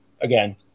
again